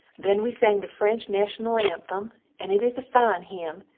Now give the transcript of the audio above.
then we sang the french nashunal anthem and it is a fine him,